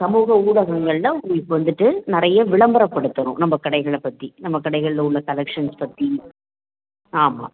சமூக ஊடகங்களில் உங்களுக்கு வந்துவிட்டு நிறைய விளம்பரப்படுத்தணும் நம்ப கடைகளை பற்றி நம்ம கடைகளில் உள்ள கலெக்ஷன்ஸ் பற்றி ஆமாம்